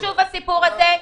למה חשוב הסיפור הזה?